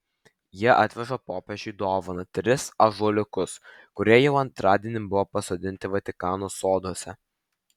jie atvežė popiežiui dovanų tris ąžuoliukus kurie jau antradienį buvo pasodinti vatikano soduose